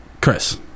Chris